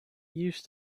used